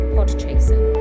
Podchaser